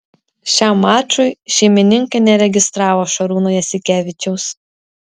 šiam mačui šeimininkai neregistravo šarūno jasikevičiaus